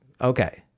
Okay